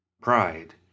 Pride